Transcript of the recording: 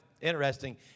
interesting